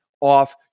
off